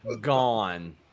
Gone